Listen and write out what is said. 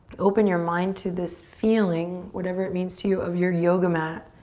open your mind to this feeling, whatever it means to you, of your yoga mat